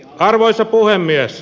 arvoisa puhemies